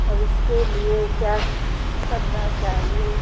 अब इसके लिए क्या करना चाहिए